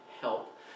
help